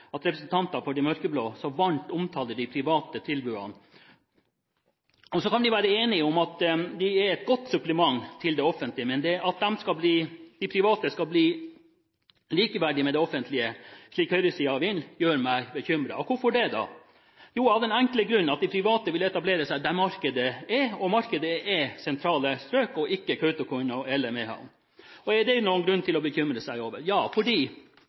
at representanter for de mørkeblå så varmt omtaler de private tilbudene. Vi kan være enige om at de private tilbudene er et godt supplement til det offentlige, men at de private skal bli likeverdige med det offentlige, slik høyresiden vil, gjør meg bekymret. Og hvorfor det? Jo, av den enkle grunn at de private vil etablere seg der markedet er, og markedet er sentrale strøk og ikke Kautokeino eller Mehamn. Og er det noen grunn til å bekymre seg over det? Ja, fordi